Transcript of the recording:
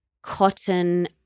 cotton